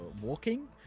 walking